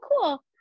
cool